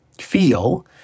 feel